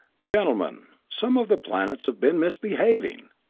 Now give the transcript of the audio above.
gentlemen some of the planets have been misbehaving!